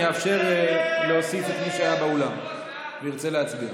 אני אאפשר להוסיף את מי שהיה באולם וירצה להצביע.